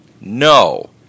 No